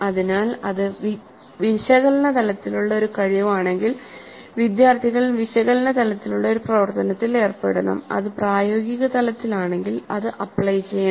അതിനാൽ ഇത് വിശകലന തലത്തിലുള്ള ഒരു കഴിവാണെങ്കിൽ വിദ്യാർത്ഥികൾ വിശകലന തലത്തിലുള്ള ഒരു പ്രവർത്തനത്തിൽ ഏർപ്പെടണംഅത് പ്രായോഗിക തലത്തിൽ ആണെങ്കിൽ അത് അപ്ലൈ ചെയ്യണം